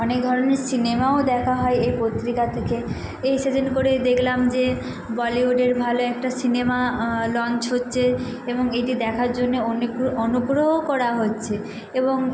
অনেক ধরনের সিনেমাও দেখা হয় এই পত্রিকা থেকে এই সেদিন করেই দেখলাম যে বলিউডের ভালো একটা সিনেমা লঞ্চ হচ্ছে এবং এতে দেখার জন্যে অনুগ্রহও করা হচ্ছে এবং